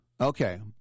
Okay